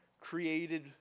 created